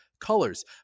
colors